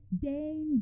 danger